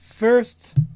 First